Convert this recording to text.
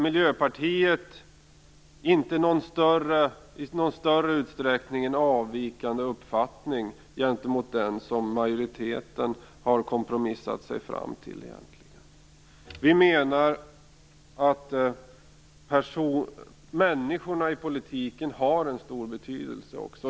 Miljöpartiet har inte i någon större utsträckning en avvikande uppfattning, i förhållande till den som majoriteten har kompromissat sig fram till. Vi menar att människorna i politiken har en stor betydelse.